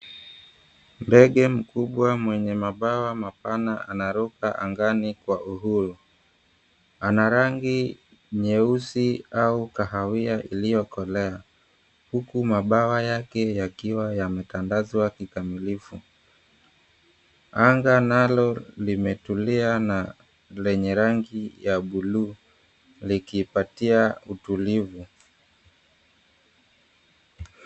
Ndege mkubwa mwenye mabawa mapana anaruka angani kwa uhuru. Ana rangi nyeusi au kahawia ilyokolea huku mabawa yake yakiwa yametandazwa kikamilifu . Anga nalo limetulia na lenye rangi ya bul𝑢u likipatia utulivu.